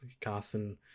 Carson